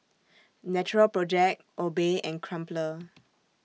Natural Project Obey and Crumpler